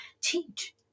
teach